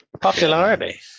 Popularity